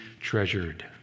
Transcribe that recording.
treasured